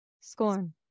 scorn